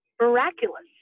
miraculous